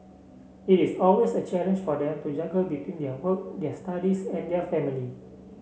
it is always a challenge for them to juggle between their work their studies and their family